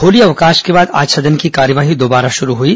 होली अवकाश के बाद आज सदन की कार्यवाही दोबारा शुरू हुई